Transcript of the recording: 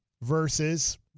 Versus